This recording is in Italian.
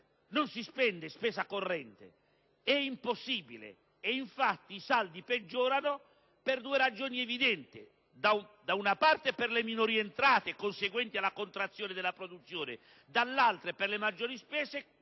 valere sulla spesa corrente. Ciò è impossibile e, infatti, i saldi peggiorano per due ragioni evidenti: da una parte, per le minori entrate conseguenti alla contrazione della produzione e, dall'altra, per le maggiori spese,